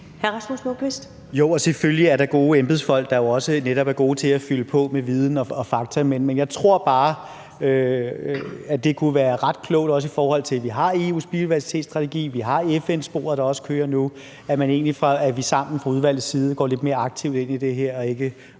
19:32 Rasmus Nordqvist (SF): Jo, og selvfølgelig er der gode embedsfolk, der jo netop også er gode til at fylde på med viden og fakta. Men jeg tror bare, at det kunne være ret klogt – også i forhold til at vi har EU's biodiversitetsstrategi, at vi har FN-sporet, der også kører nu – at vi sammen fra udvalgets side går lidt mere aktivt ind i det her og ikke